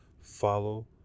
follow